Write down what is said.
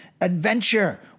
adventure